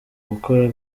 gukora